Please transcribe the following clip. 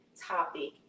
topic